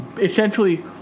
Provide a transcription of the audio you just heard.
essentially